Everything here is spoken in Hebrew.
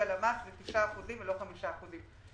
הלמ"ס הוא תשעה אחוזים ולא חמישה אחוזים.